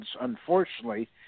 Unfortunately